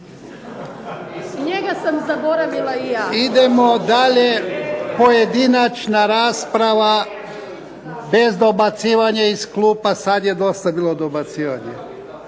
Idemo dalje. Pojedinačna rasprava, bez dobacivanja iz klupa. Sad je dosta bilo dobacivanja.